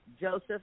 Joseph